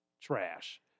trash